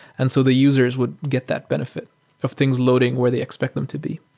and so the users would get that benefit of things loading where they expect them to be.